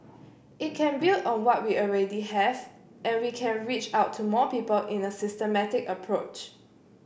it can build on what we already have and we can reach out to more people in a systematic approach